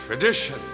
Tradition